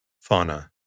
Fauna